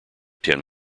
ten